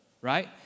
right